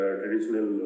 traditional